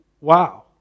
wow